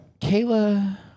Kayla